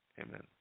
Amen